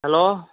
hello